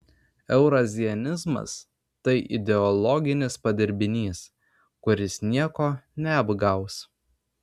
eurazianizmas tai ideologinis padirbinys kuris nieko neapgaus